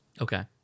Okay